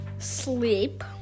Sleep